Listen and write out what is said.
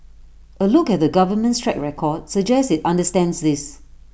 A look at the government's track record suggests IT understands this